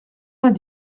vingt